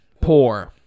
poor